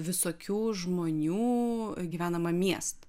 visokių žmonių gyvenamą miestą